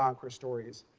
um queer stories.